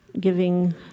giving